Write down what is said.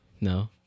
No